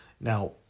now